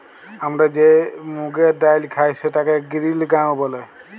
আমরা যে মুগের ডাইল খাই সেটাকে গিরিল গাঁও ব্যলে